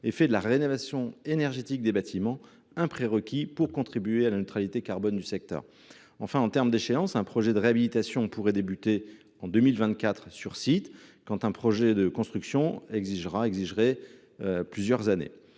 et fait de la rénovation énergétique des bâtiments un prérequis pour contribuer à la neutralité carbone du secteur. Enfin, en termes d’échéance, un projet de réhabilitation pourrait débuter en 2024 sur site, quand un projet de construction exigerait des années.